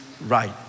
right